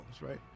right